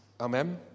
Amen